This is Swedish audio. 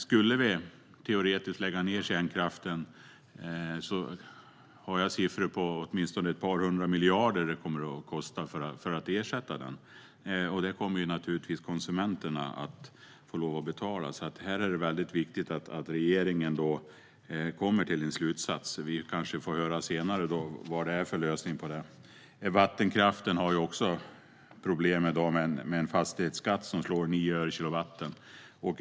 Om vi teoretiskt skulle lägga ned kärnkraften har jag siffror på att det kommer att kosta åtminstone ett par hundra miljarder att ersätta den. Det kommer naturligtvis konsumenterna att få lov att betala. Det är viktigt att regeringen kommer till en slutsats. Vi kanske får höra senare vad lösningen blir. Också vattenkraften har problem i dag med en fastighetsskatt som slår med 9 öre per kilowatt.